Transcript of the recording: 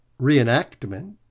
reenactment